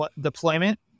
deployment